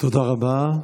תודה רבה.